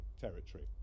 territory